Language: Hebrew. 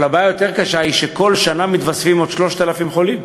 אבל הבעיה היותר-קשה היא שכל שנה מתווספים עוד 3,000 חולים,